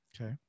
okay